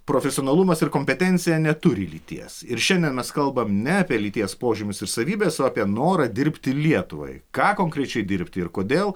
profesionalumas ir kompetencija neturi lyties ir šiandien mes kalbam ne apie lyties požymius ir savybes o apie norą dirbti lietuvai ką konkrečiai dirbti ir kodėl